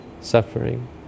suffering